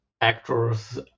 actors